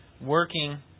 working